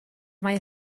mae